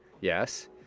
yes